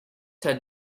had